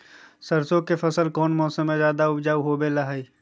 सरसों के फसल कौन मौसम में ज्यादा उपजाऊ होबो हय?